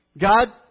God